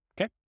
okay